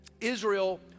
Israel